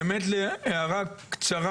באמת הערה קצרה מאוד.